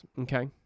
okay